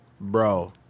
bro